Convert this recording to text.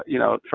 you know,